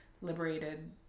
liberated